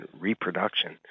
reproduction